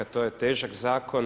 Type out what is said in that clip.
To je težak zakon.